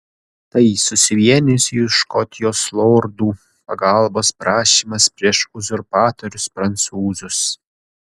tai susivienijusių škotijos lordų pagalbos prašymas prieš uzurpatorius prancūzus